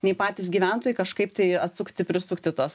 nei patys gyventojai kažkaip tai atsukti prisukti tuos